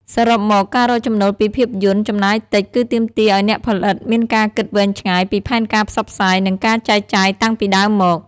សរុបមក ការរកចំណូលពីភាពយន្តចំណាយតិច គឺទាមទារឲ្យអ្នកផលិតមានការគិតវែងឆ្ងាយពីផែនការផ្សព្វផ្សាយ និងការចែកចាយតាំងពីដើមមក។